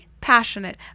passionate